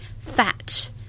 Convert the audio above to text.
fat